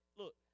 look